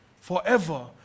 Forever